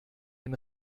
ein